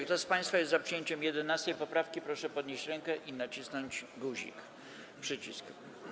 Kto z państwa jest za przyjęciem 11. poprawki, proszę podnieść rękę i nacisnąć przycisk.